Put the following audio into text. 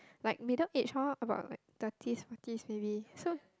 like middle aged hor about like thirties forties maybe so